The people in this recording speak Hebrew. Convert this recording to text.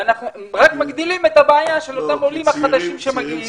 רק מגדילים את הבעיה של העולים החדשים שמגיעים.